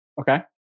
Okay